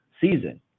season